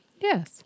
Yes